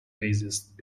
bassist